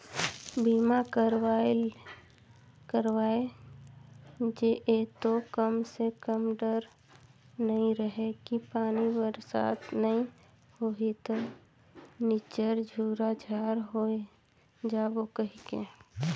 बीमा करवाय जे ये तो कम से कम डर नइ रहें कि पानी बरसात नइ होही त निच्चर झूरा झार होय जाबो कहिके